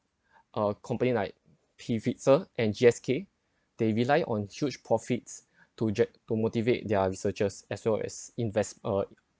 uh company like pivotal and G_S_K they rely on huge profits to ge~ to motivate their researchers as well as invest uh